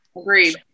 Agreed